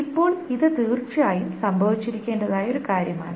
ഇപ്പോൾ ഇത് തീർച്ചയായും സംഭവിച്ചിരിക്കേണ്ടതായ ഒരു കാര്യമാണ്